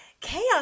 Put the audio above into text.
chaos